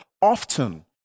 often